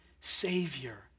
Savior